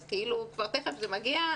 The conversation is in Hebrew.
אז כאילו כבר תיכף זה מגיע,